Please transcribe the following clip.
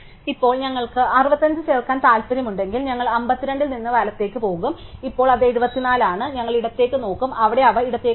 ഇപ്പോൾ ഞങ്ങൾക്ക് 65 ചേർക്കാൻ താൽപ്പര്യമുണ്ടെങ്കിൽ ഞങ്ങൾ 52 ൽ നിന്ന് വലത്തേക്ക് പോകും ഇപ്പോൾ അത് 74 ആണ് ഞങ്ങൾ ഇടത്തേക്ക് നോക്കും അവിടെ അവ ഇടത്തേക്ക് ഒന്നുമില്ല